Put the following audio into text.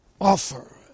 offer